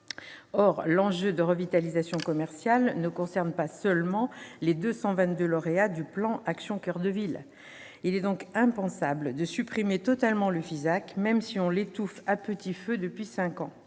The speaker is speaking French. Or l'enjeu de revitalisation commerciale ne concerne pas seulement les 222 lauréats du plan « Action coeur de ville ». Il est donc impensable de supprimer totalement le FISAC, même si on l'étouffe à petit feu depuis cinq ans.